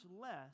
less